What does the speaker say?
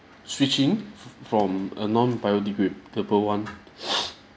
switching f~ from a non-biodegradable one